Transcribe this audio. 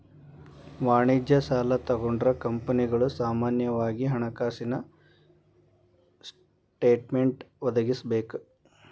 ವಾಣಿಜ್ಯ ಸಾಲಾ ತಗೊಂಡ್ರ ಕಂಪನಿಗಳು ಸಾಮಾನ್ಯವಾಗಿ ಹಣಕಾಸಿನ ಸ್ಟೇಟ್ಮೆನ್ಟ್ ಒದಗಿಸಬೇಕ